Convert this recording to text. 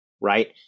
right